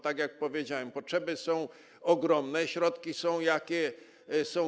Tak jak powiedziałem, potrzeby są ogromne, a środki są, jakie są.